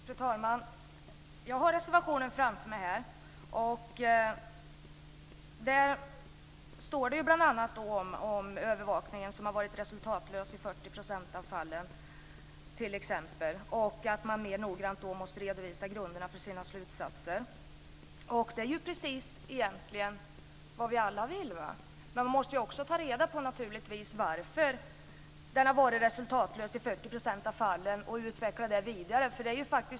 Fru talman! Jag har reservationen framför mig här. Där står det bl.a. om att övervakningen har varit resultatlös i 40 % av fallen och att man mer noggrant måste redovisa grunderna för sina slutsatser. Det är ju egentligen precis vad vi alla vill. Men man måste naturligtvis också ta reda på varför övervakningen har varit resultatlös i 40 % av fallen och utveckla det vidare.